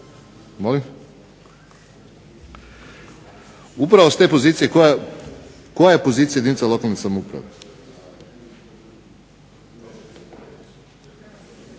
Upravo s te pozicije, koja je pozicija jedinica lokalne samouprave?